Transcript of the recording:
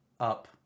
Up